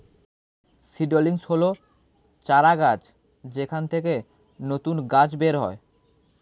seedlings হল চারাগাছ যেখান থেকে নতুন গাছ বের হয়